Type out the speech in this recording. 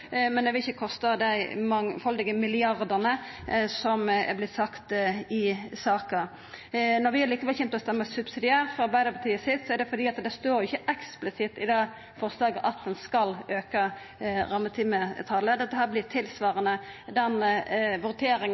men det vil ikkje kosta dei mangfaldige milliardane som det har vorte sagt i saka. Når vi likevel kjem til å stemma subsidiært for Arbeidarpartiet sitt forslag, er det fordi det ikkje står eksplisitt i det forslaget at ein skal auka rammetimetalet, dette vert tilsvarande den